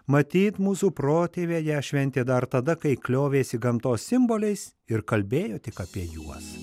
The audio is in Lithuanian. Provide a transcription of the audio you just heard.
matyt mūsų protėviai ją šventė dar tada kai kliovėsi gamtos simboliais ir kalbėjo tik apie juos